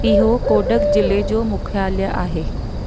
इहो कोडग जिले जो मुख्यालय आहे